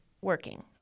working